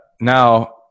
Now